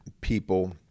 people